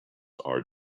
are